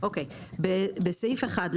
בסעיף 1,